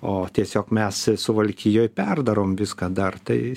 o tiesiog mes suvalkijoj perdarom viską dar tai